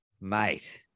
mate